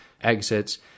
exits